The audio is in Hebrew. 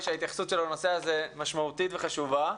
שההתייחסות שלו לנושא הזה משמעותית וחשובה.